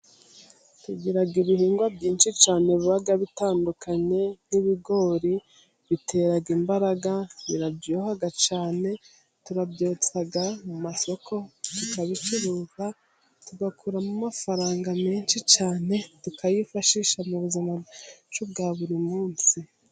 Tugiraga ibihingwa byinshi cyane biba bitandukanye, nk'ibigori bitera imbaraga birabyohaha cyane, turabyotsa, mu masoko tukabicuruza tugakuramo amafaranga menshi cyane, tukayifashisha mu buzima bwacu bwa buri munsi.